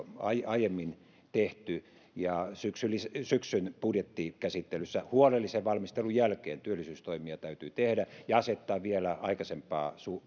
jo aiemmin tehty ja syksyn budjettikäsittelyssä huolellisen valmistelun jälkeen työllisyystoimia täytyy tehdä ja asettaa vielä aikaisempaa